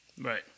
Right